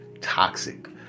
toxic